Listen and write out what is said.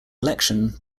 election